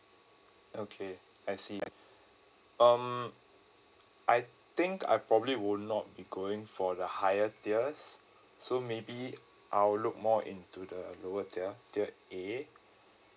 okay I see um I think I probably will not be going for the higher tiers so maybe I'll look more into the lower tier tier A